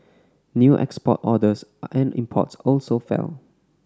new export orders and imports also fell